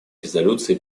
резолюции